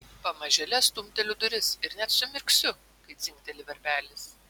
pamažėle stumteliu duris ir net sumirksiu kai dzingteli varpelis